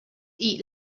eat